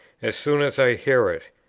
as soon as i hear it.